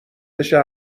بشه